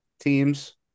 teams